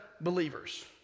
believers